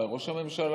אולי ראש הממשלה,